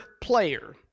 player